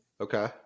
Okay